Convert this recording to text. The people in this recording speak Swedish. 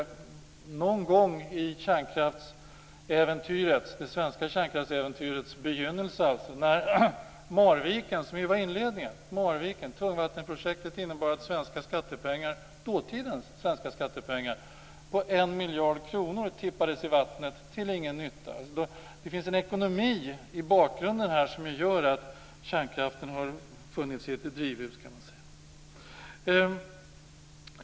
Det svenska kärnkraftsäventyret inleddes med tungvattenprojektet Marviken. Det innebar att 1 miljard kronor av svenska skattepengar tippades i vattnet till ingen nytta. Det finns en ekonomi i bakgrunden som gör att kärnkraften har funnits i ett drivhus.